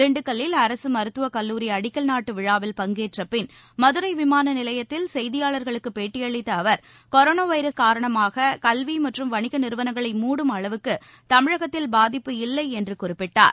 தின்டுக்கல்லில் அரசு மருத்துவக் கல்லூரி அடிக்கல் நாட்டு விழாவில் பங்கேற்ற பின் மதுரை விமான நிலையத்தில் செய்தியாளர்களுக்கு பேட்டியளித்த அவர் கொரோனா வைரஸ் காரணமாக கல்வி மற்றும் வணிக நிறுவனங்களை மூடும் அளவுக்கு தமிழகத்தில் பாதிப்பு இல்லை என்று குறிப்பிட்டார்